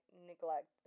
neglect